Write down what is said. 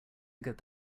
think